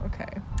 okay